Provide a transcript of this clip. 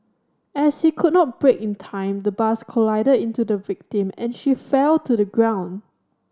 as he could not brake in time the bus collided into the victim and she fell to the ground